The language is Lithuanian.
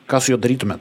ką su juo darytumėt